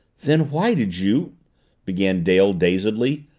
then why did you began dale dazedly,